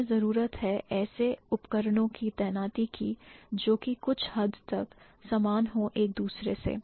इन्हें जरूरत है ऐसे उपकरणों की तैनाती की जो कि कुछ हद तक समान हों एक दूसरे से